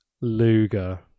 Luger